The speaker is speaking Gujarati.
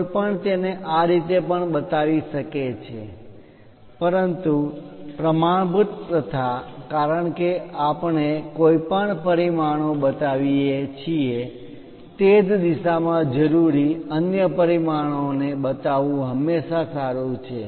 કોઈપણ તેને આ રીતે પણ બતાવી શકે છે પરંતુ પ્રમાણભૂત પ્રથા કારણ કે આપણે કોઈપણ પરિમાણો બતાવીએ છીએ તે જ દિશામાં જરૂરી અન્ય પરિમાણોને બતાવવું હંમેશા સારું છે